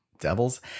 devils